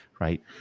right